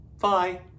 Bye